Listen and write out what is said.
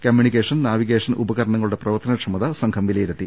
communication navigation ഉപകരണ ങ്ങളുടെ പ്രവർത്തനക്ഷമത സംഘം വിലയിരുത്തി